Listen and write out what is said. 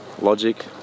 Logic